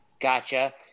Gotcha